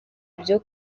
ibyo